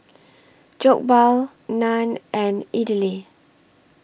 Jokbal Naan and Idili